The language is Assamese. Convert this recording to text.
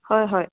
হয় হয়